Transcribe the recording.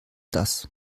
das